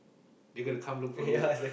they gonna come look for you